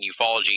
ufology